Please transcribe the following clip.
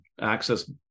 access